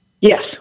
Yes